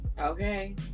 Okay